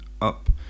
up